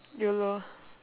YOLO